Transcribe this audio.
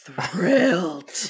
thrilled